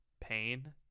pain